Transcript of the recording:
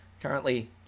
currently